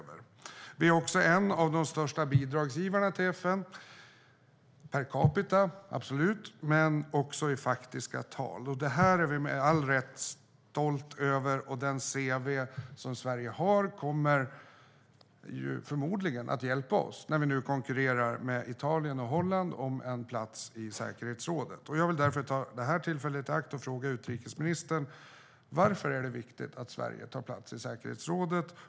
Vi är också en av de största bidragsgivarna till FN per capita men också i faktiska tal. Det är vi med all rätt stolta över. Sveriges cv kommer förmodligen att hjälpa oss nu när vi konkurrerar med Italien och Holland om en plats i säkerhetsrådet. Jag vill ta tillfället i akt och fråga utrikesministern: Varför är det viktigt att Sverige tar plats i säkerhetsrådet?